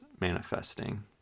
manifesting